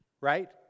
Right